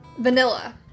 Vanilla